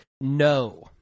No